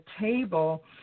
table